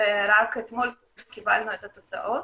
ורק אתמול קיבלנו את התוצאות.